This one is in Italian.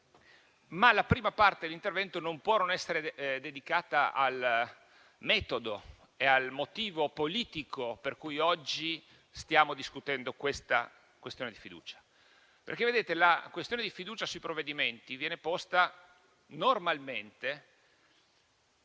La prima parte dell'intervento non può non essere dedicata al metodo e al motivo politico per cui oggi stiamo discutendo questa questione di fiducia, perché la questione di fiducia sui provvedimenti viene posta normalmente